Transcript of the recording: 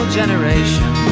generation